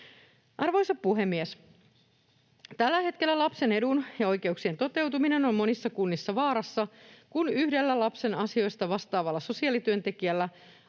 Arvoisa puhemies! Tällä hetkellä lapsen edun ja oikeuksien toteutuminen on monissa kunnissa vaarassa, kun yhdellä lapsen asioista vastaavalla sosiaalityöntekijällä